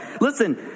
Listen